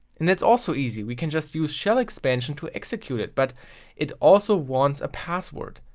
and that's also easy, we can just use shell expansion to execute it. but it also wants a password.